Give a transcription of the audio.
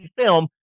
film